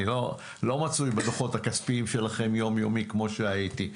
אני לא מצוי בדוחות הכספיים שלכם באופן יומיומי כמו שהייתי,